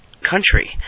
country